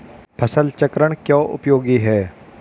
फसल चक्रण क्यों उपयोगी है?